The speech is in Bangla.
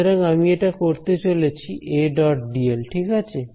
সুতরাং আমি এটা করতে চলেছি ঠিক আছে